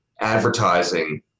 advertising